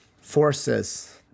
forces